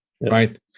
right